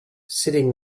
sitting